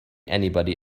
anybody